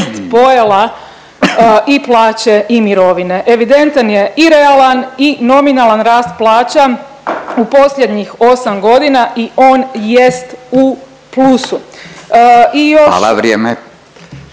pojela i plaće i mirovine. Evidentan je i realan i nominalan rast plaća u posljednjih 8 godina i on jest u plusu. I još